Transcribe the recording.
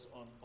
on